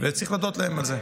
וצריך להודות להם על זה.